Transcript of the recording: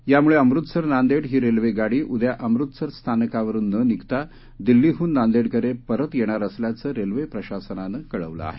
यामुळे अमृतसर नांदेड ही रेल्वेगाडी उद्या अमृतसर स्थानकावरुन न निघता दिल्लीहून नांदेडकडे परत येणार असल्याचं रेल्वे प्रशासनानं कळवलं आहे